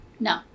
No